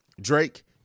Drake